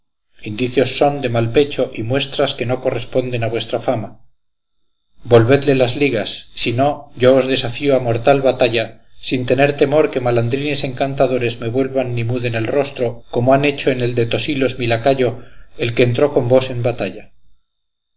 indicios son de mal pecho y muestras que no corresponden a vuestra fama volvedle las ligas si no yo os desafío a mortal batalla sin tener temor que malandrines encantadores me vuelvan ni muden el rostro como han hecho en el de tosilos mi lacayo el que entró con vos en batalla